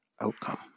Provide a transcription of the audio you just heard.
outcome